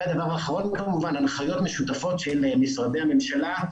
הדבר האחרון כמובן הוא הנחיות משותפות של משרדי הממשלה.